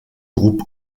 groupe